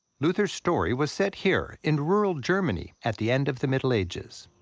luther's story was set here in rural germany at the end of the middle ages.